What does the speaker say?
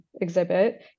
exhibit